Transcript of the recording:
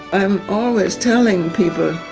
i am always telling people,